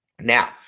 now